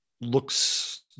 looks